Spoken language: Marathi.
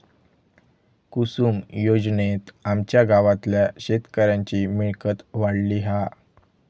कुसूम योजनेत आमच्या गावातल्या शेतकऱ्यांची मिळकत वाढली हा